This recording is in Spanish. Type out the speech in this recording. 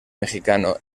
mexicano